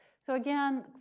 so again,